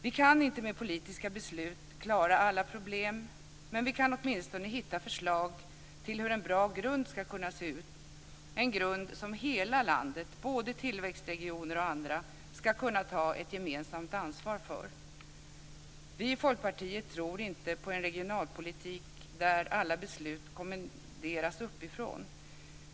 Vi kan inte med politiska beslut klara alla problem, men vi kan åtminstone hitta förslag till hur en bra grund ska kunna se ut, en grund som hela landet - både tillväxtregioner och andra - ska kunna ta ett gemensamt ansvar för. Vi i Folkpartiet tror inte på en regionalpolitik där alla besluten kommenderas uppifrån.